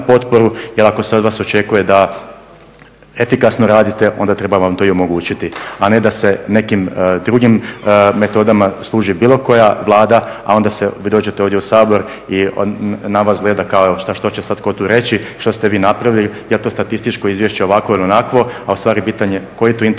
potporu jer ako se od vas očekuje da efikasno radite, onda treba vam to i omogućiti, a ne da se nekim drugim metodama služi bilo koja Vlada, a onda vi dođete ovdje u Sabor i na vas gleda kao, što će sad tko tu reći, što ste vi napravili, je li to statističko izvješće ovakvo ili onakvo, ali ustvari bitan je … interes